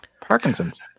parkinson's